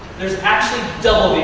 there's actually double